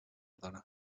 dona